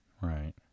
Right